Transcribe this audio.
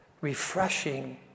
refreshing